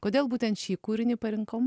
kodėl būtent šį kūrinį parinkom